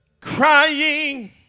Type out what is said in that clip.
crying